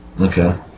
Okay